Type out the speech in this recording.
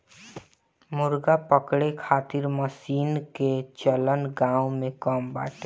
मुर्गा पकड़े खातिर मशीन कअ चलन गांव में कम बाटे